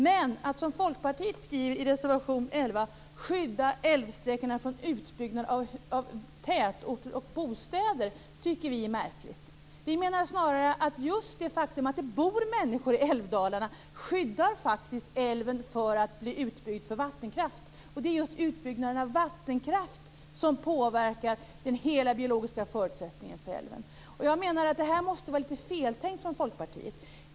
Men att, som Folkpartiet skriver i reservation 11, skydda älvsträckor från en utbyggnad av tätorter och bostäder tycker vi är märkligt. Vi menar att just det faktum att människor bor i älvdalarna snarare skyddar älven mot en vattenkraftsutbyggnad. Det är ju just en vattenkraftsutbyggnad som påverkar en älvs biologiska förutsättningar totalt sett. Jag menar att här måste det vara litet feltänkt från Folkpartiets sida.